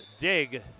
dig